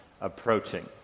approaching